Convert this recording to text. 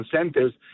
incentives